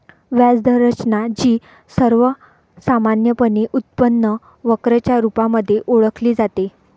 व्याज दर रचना, जी सर्वसामान्यपणे उत्पन्न वक्र च्या रुपामध्ये ओळखली जाते